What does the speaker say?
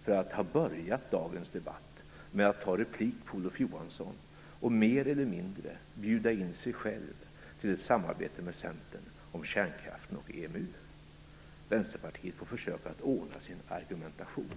efter att ha börjat dagens debatt med att ta replik på Olof Johansson och mer eller mindre bjuda in sig själv till ett samarbete med Centern om kärnkraften och EMU. Vänsterpartiet får försöka att ordna sin argumentation.